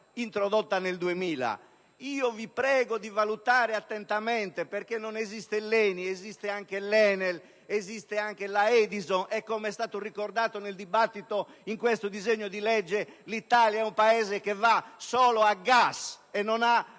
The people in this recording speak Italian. introdotta nel 2000. Vi prego di valutare attentamente, perché non esiste solo l'ENI ma anche l'ENEL e l'Edison, e, come è stato ricordato nel dibattito su questo disegno di legge, l'Italia è un Paese che va solo a gas e non ha